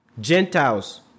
Gentiles